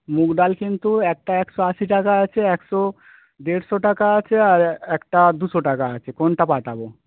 মুগ ডাল কিন্তু একটা একশো আশি টাকা আছে একশো দেড়শো টাকা আছে আর একটা দুশো টাকা আছে কোনটা পাঠাবো